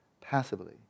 passively